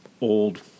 old